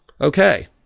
okay